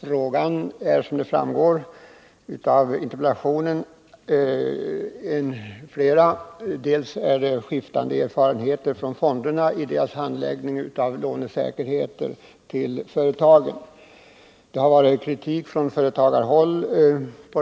fråga är flera, bl.a. skiftande erfarenheter av fondernas handläggning av frågor om säkerhet för lån till företag. På den punkten har man framfört kritik från företagarhåll.